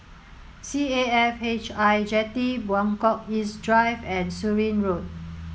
C A F H I Jetty Buangkok East Drive and Surin Road